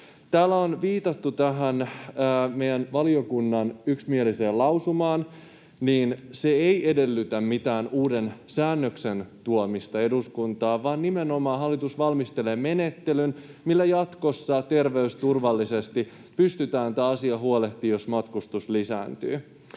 Täällä on viitattu tähän meidän valiokunnan yksimieliseen lausumaan. Se ei edellytä mitään uuden säännöksen tuomista eduskuntaan, vaan nimenomaan hallitus valmistelee menettelyn, millä jatkossa terveysturvallisesti pystytään tämä asia huolehtimaan, jos matkustus lisääntyy.